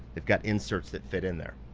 they've got inserts that fit in there.